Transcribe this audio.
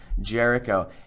Jericho